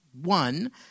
one